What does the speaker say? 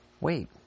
wait